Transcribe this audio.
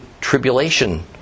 tribulation